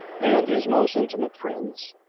and his most intimate friends,